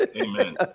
Amen